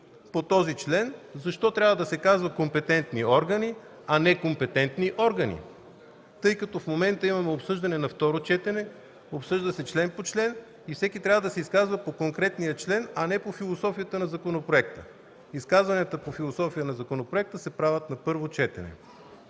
по този член защо трябва да се казва „компетентни органи”, а не „компетентни органи”. Тъй като в момента имаме обсъждане на второ четене, обсъжда се член по член и всеки трябва да се изказва по конкретния член, а не по философията на законопроекта. Изказванията по философията на законопроекта се правят на първо четене.